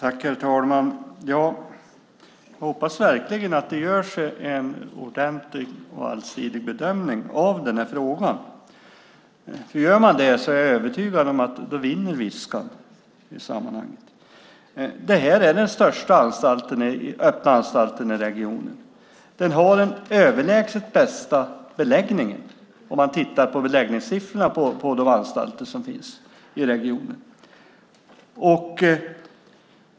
Herr talman! Jag hoppas verkligen att det görs en ordentlig och allsidig bedömning av den här frågan. Om man gör det är jag övertygad om att Viskan vinner i sammanhanget. Det är den största öppna anstalten i regionen. Den har den överlägset bästa beläggningen enligt siffrorna för de anstalter som finns i regionen.